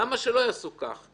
למה שלא יעשו כך?